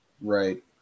Right